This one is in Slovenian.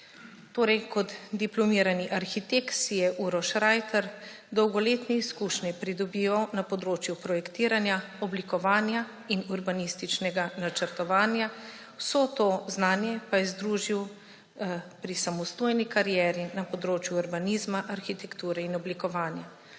Kot diplomirani arhitekt si je Uroš Reiter dolgoletne izkušnje pridobival na področju projektiranja, oblikovanja in urbanističnega načrtovanja. Vso to znanje pa je združil pri samostojni karieri na področju urbanizma, arhitekture in oblikovanja.